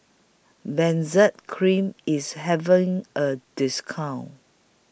Benzac Cream IS having A discount